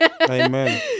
Amen